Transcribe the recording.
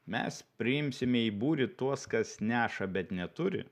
mes priimsime į būrį tuos kas neša bet neturi